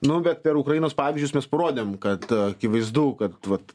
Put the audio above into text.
nu bet per ukrainos pavyzdžius mes parodėm kad akivaizdu kad vat